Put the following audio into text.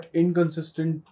inconsistent